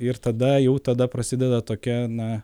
ir tada jau tada prasideda tokia na